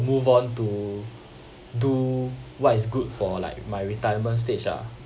move on to do what is good for like my retirement stage ah